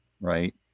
right